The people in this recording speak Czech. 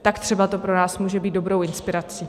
Tak třeba to pro nás může být dobrou inspirací.